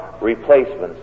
replacements